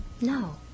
No